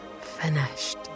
finished